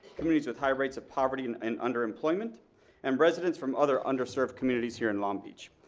communities with high rates of poverty and and underemployment and residents from other underserved communities here in long beach,